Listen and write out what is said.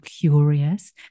curious